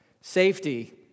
Safety